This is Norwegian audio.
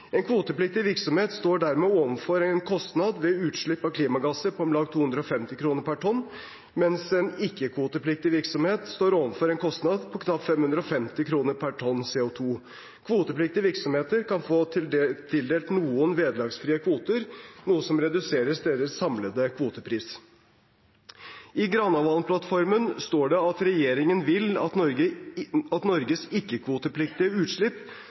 En kvotepliktig virksomhet står dermed overfor en kostnad ved utslipp av klimagasser på om lag 250 kr per tonn CO 2 , mens en ikke-kvotepliktig virksomhet står overfor en kostnad på knapt 550 kr per tonn CO 2 . Kvotepliktige virksomheter kan få tildelt noen vederlagsfrie kvoter, noe som reduserer deres samlede kvotepris. I Granavolden-plattformen står det at regjeringen vil at